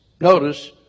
notice